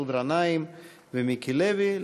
מסעוד גנאים ומיקי לוי.